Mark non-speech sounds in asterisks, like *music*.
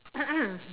*coughs*